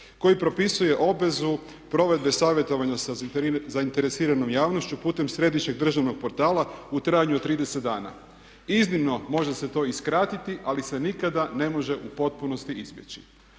koji propisuje obvezu provedbe savjetovanja sa zainteresiranom javnošću putem središnjeg državnog portala u trajanju od 30 dana. Iznimno može se to i skratiti ali se nikada ne može u potpunosti izbjeći.